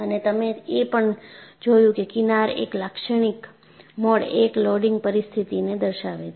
અને તમે એ પણ જોયું કે કિનાર એક લાક્ષણિક મોડ 1 લોડિંગ પરિસ્થિતિને દર્શાવે છે